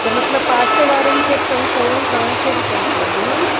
त मतिलबु पासे वारनि खे तंग कयऊं तव्हां खे बि तंग कयऊं ईअं न